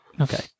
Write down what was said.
Okay